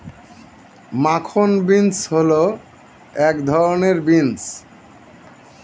মাখন বিন্স হল এক ধরনের বিন্স